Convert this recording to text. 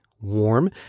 warm